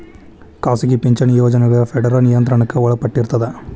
ಖಾಸಗಿ ಪಿಂಚಣಿ ಯೋಜನೆಗಳ ಫೆಡರಲ್ ನಿಯಂತ್ರಣಕ್ಕ ಒಳಪಟ್ಟಿರ್ತದ